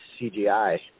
CGI